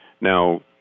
Now